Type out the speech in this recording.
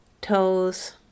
toes